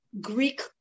Greek